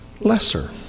lesser